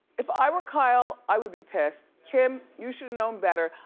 if i were kyle, i would be pissed. kim, you should've known better.